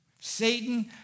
Satan